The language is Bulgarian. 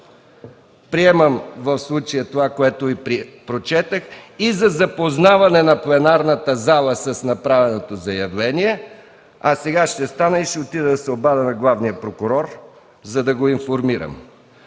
Приемам в случая това, което Ви прочетох, и за запознаване на пленарната зала с направеното заявление. Сега ще стана и ще отида да се обадя на главния прокурор, за да го информирам.